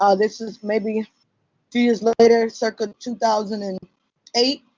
ah this is maybe two years later, circa two thousand and eight,